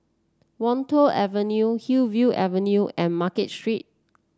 Wan Tho Avenue Hillview Avenue and Market Street